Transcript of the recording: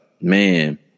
man